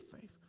faith